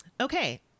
Okay